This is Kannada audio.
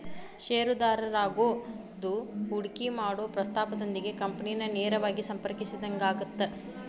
ಷೇರುದಾರರಾಗೋದು ಹೂಡಿಕಿ ಮಾಡೊ ಪ್ರಸ್ತಾಪದೊಂದಿಗೆ ಕಂಪನಿನ ನೇರವಾಗಿ ಸಂಪರ್ಕಿಸಿದಂಗಾಗತ್ತ